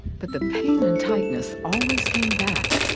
but the pain and tightness always came back.